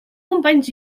companys